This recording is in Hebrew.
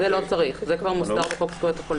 את זה לא צריך, זה כבר מוסדר בחוק זכויות החולה.